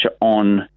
on